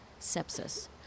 sepsis